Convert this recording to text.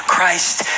Christ